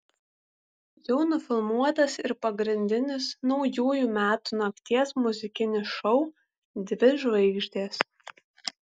jau nufilmuotas ir pagrindinis naujųjų metų nakties muzikinis šou dvi žvaigždės